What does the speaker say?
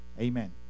Amen